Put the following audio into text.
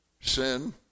sin